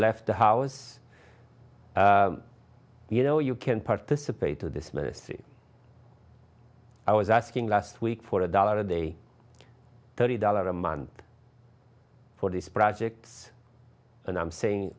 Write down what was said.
left the house you know you can participate to this messy i was asking last week for a dollar a day thirty dollars a month for these projects and i'm saying